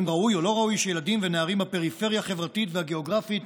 אם ראוי או לא ראוי שילדים ונערים בפריפריה החברתית והגיאוגרפית